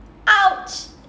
!ouch!